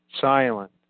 silent